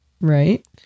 Right